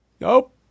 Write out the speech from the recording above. Nope